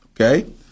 Okay